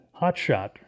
hotshot